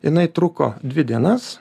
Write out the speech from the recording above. jinai truko dvi dienas